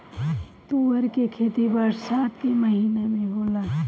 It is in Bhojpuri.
तूअर के खेती बरसात के महिना में होला